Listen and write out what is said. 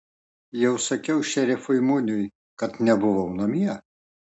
jau sakiau šerifui muniui kad nebuvau namie